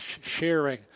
sharing